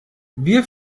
wir